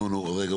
רגע.